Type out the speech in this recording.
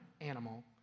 animal